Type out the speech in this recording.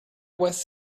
was